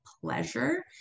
pleasure